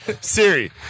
Siri